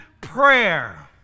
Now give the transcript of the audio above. prayer